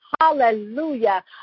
Hallelujah